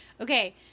Okay